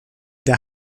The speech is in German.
der